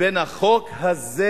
לבין החוק הזה,